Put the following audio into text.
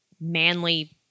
manly